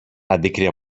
αντίκρυ